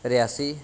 Reasi